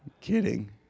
kidding